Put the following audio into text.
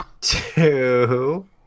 two